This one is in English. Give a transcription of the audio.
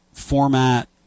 format